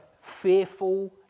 fearful